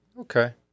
Okay